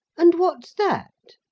and what's that?